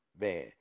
Man